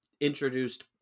introduced